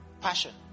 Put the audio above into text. Passion